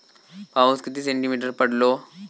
पाऊस किती सेंटीमीटर पडलो?